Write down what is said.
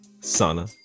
Sana